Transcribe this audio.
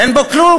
אין בו כלום.